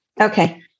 Okay